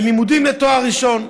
בלימודים לתואר ראשון.